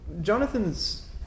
Jonathan's